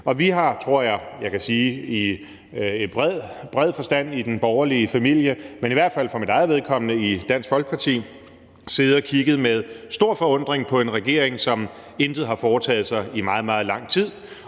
jeg kan sige, i en bred forstand i den borgerlige familie, men i hvert fald for mit eget vedkommende i Dansk Folkeparti, siddet og kigget med stor forundring på en regering, som intet har foretaget sig i meget, meget lang tid,